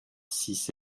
six